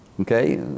okay